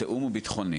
התיאום הוא ביטחוני.